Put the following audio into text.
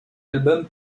album